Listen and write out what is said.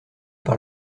par